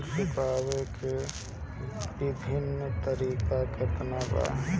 ऋण चुकावे के विभिन्न तरीका केतना बा?